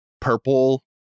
purple